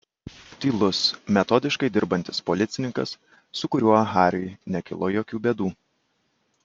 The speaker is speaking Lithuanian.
tylus metodiškai dirbantis policininkas su kuriuo hariui nekilo jokių bėdų